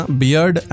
beard